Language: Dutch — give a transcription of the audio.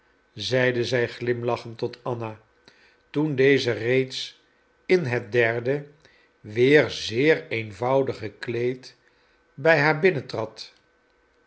zeide zij glimlachend tot anna toen deze reeds in het derde weer zeer eenvoudige kleed bij haar